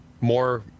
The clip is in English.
more